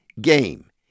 game